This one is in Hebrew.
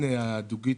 בין הזמנים.